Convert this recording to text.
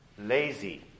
lazy